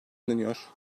inanıyor